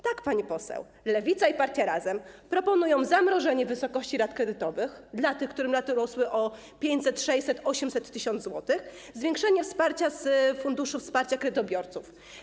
Tak, pani poseł, Lewica i partia Razem proponują zamrożenie wysokości rat kredytowych dla tych, którym raty rosły o 500 zł, 600 zł, 800 zł, 1000 zł, zwiększenie wsparcia z Funduszu Wsparcia Kredytobiorców.